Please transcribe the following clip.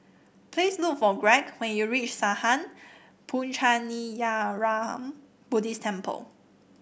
please look for Gregg when you reach Sattha Puchaniyaram Buddhist Temple